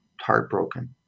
heartbroken